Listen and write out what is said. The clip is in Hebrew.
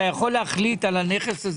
אתה יכול להחליט שאפילו שהנכס הזה